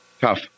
Tough